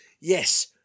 yes